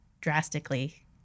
drastically